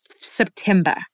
September